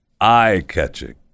eye-catching